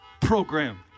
program